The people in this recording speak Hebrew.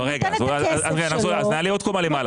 רגע, נעלה עוד קומה למעלה.